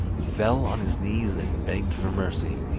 fell on his knees and begged for mercy.